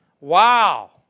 Wow